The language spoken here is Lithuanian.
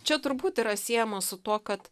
čia turbūt yra siejama su tuo kad